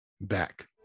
back